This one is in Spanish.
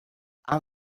han